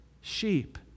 sheep